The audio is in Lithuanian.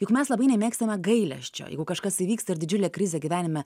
juk mes labai nemėgstame gailesčio jeigu kažkas įvyksta ir didžiulė krizė gyvenime